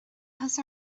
áthas